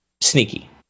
sneaky